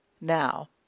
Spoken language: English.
now